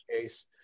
case